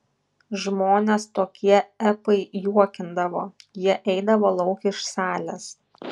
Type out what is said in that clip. žmones tokie epai juokindavo jie eidavo lauk iš salės